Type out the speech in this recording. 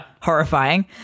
Horrifying